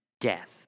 death